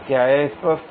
क्या यह स्पष्ट है